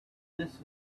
mrs